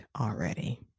already